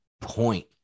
point